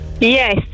Yes